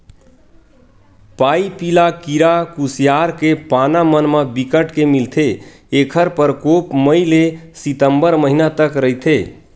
पाइपिला कीरा कुसियार के पाना मन म बिकट के मिलथे ऐखर परकोप मई ले सितंबर महिना तक रहिथे